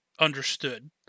understood